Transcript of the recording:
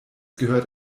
gehört